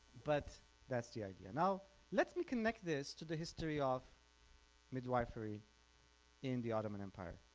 but that's the idea. now let me connect this to the history of midwifery in the ottoman empire.